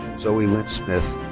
zoe lynn smith.